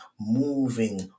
moving